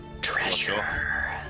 treasure